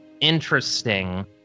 interesting